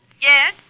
Yes